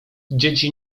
dzieci